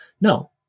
No